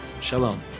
shalom